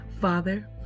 Father